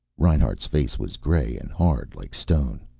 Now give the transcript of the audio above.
reinhart's face was gray and hard, like stone.